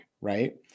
right